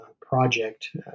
project